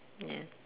ya